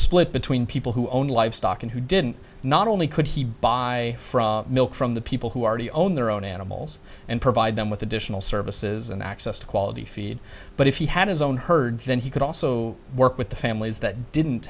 split between people who own livestock and who didn't not only could he buy milk from the people who r t own their own animals and provide them with additional services and access to quality feed but if he had his own herd then he could also work with the families that didn't